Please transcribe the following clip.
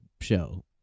show